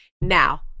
Now